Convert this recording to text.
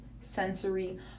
sensory